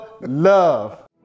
love